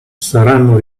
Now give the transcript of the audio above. saranno